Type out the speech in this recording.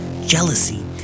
Jealousy